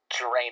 drain